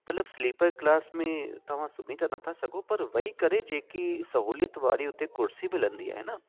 मतलबु sleeper class में तव्हां सुम्ही त नथा सघो पर वेई करे जेकी सहूलियत वारी उते कुर्सी मिलंदी आहे न